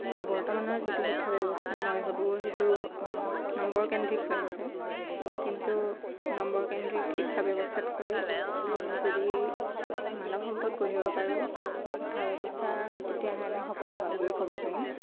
বৰ্তমানৰ যিটো শিক্ষা ব্যৱস্থা মই ভাবোঁ সেইটো নম্বৰকেন্দ্ৰিক হৈ আছে কিন্তু নম্বৰকেন্দ্ৰিক শিক্ষা ব্যৱস্থাতকৈ আমি যদি মানৱ সম্পদ গঢ়িব পাৰোঁ শিক্ষা ব্যৱস্থা তেতিয়াহে আমি সফল হোৱা বুলি ক'ব পাৰিম